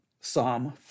Psalm